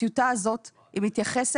הטיוטה הזאת מתייחסת,